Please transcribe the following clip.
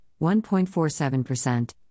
1.47%